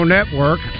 Network